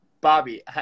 Bobby